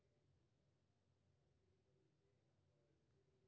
बाजराक गिनती मोट अनाज मे होइ छै आ ई खरीफ फसल छियै